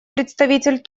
представитель